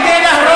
לנטרל כדי להרוג.